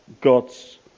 God's